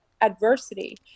adversity